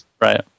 right